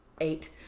eight